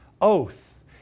oath